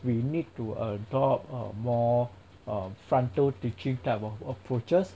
we need to adopt a more a frontal teaching type of approaches